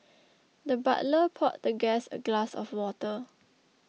the butler poured the guest a glass of water